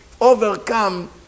overcome